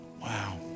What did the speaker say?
Wow